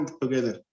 together